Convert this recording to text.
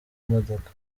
imodoka